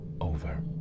over